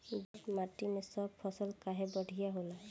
दोमट माटी मै सब फसल काहे बढ़िया होला?